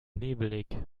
nebelig